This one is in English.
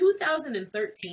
2013